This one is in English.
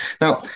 Now